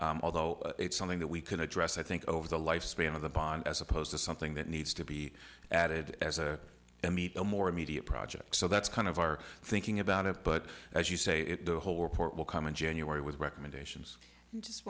important although it's something that we can address i think over the lifespan of the bond as opposed to something that needs to be added as i meet a more immediate project so that's kind of our thinking about it but as you say the whole report will come in january with recommendations